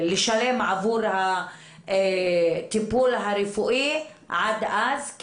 לשלם עבור הטיפול הרפואי עד אז.